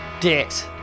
dicks